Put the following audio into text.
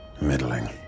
middling